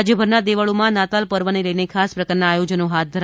રાજયભરના દેવળીમાં નાતાલ પર્વને લઇને ખાસ પ્રકારના આયોજનો હાથ ધરાયા છે